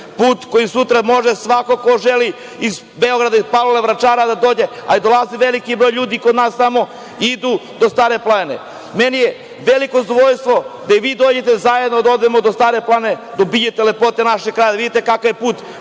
Put kojim sutra može svako ko želi iz Beograda, Palilula, Vračara, da dođe, a i dolazi veliki broj ljudi tamo kod nas, idu do Stare planine. Meni je veliko zadovoljstvo da i vi dođete, zajedno da odemo do Stare planine, da obiđete lepote našeg kraja, da vidite kakav je put.